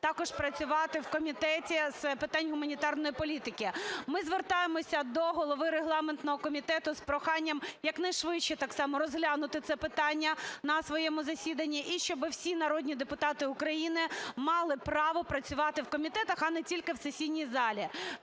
також працювати в Комітеті з питань гуманітарної політики. Ми звертаємося до голови регламентного комітету з проханням якнайшвидше так само розглянути це питання на своєму засіданні, і щоби всі народні депутати України мали право працювати в комітетах, а не тільки в сесійній залі.